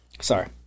Sorry